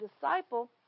disciple